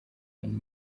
than